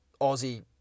Aussie